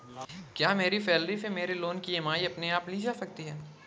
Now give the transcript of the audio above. क्या मेरी सैलरी से मेरे लोंन की ई.एम.आई अपने आप ली जा सकती है?